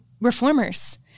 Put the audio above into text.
reformers